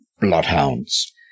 bloodhounds